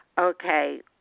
Okay